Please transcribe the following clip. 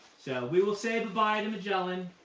so we will say goodbye to magellan.